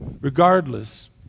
Regardless